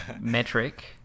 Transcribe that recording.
metric